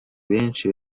benshi